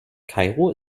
kairo